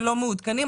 לא מעודכנת,